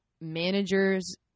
managers